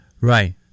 Right